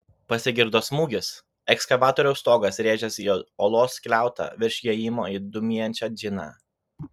pasigirdo smūgis ekskavatoriaus stogas rėžėsi į olos skliautą virš įėjimo į dūmijančią džiną